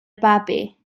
babi